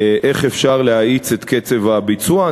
איך אפשר להאיץ את קצב הביצוע.